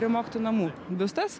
prie mokytojų namų biustas